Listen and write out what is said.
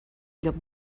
llop